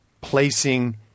placing